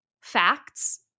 facts